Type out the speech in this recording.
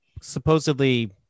supposedly